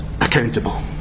accountable